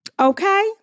okay